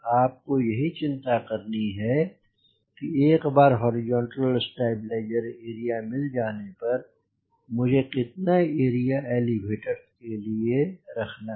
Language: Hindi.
आपको यही चिंता करनी है कि एक बार हॉरिज़ॉन्टल स्टेबलाइजर एरिया मिल जाने पर मुझ को कितना एरिया एलिवेटर्स के लिए रखना है